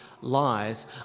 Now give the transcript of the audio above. lies